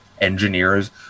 engineers